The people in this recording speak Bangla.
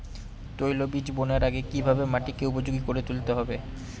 তৈলবীজ বোনার আগে কিভাবে মাটিকে উপযোগী করে তুলতে হবে?